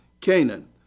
Canaan